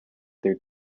their